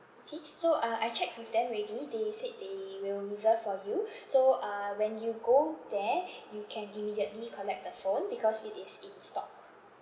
okay so uh I checked with them already they said they will reserve for you so uh when you go there you can immediately collect the phone because it is in stock